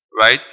right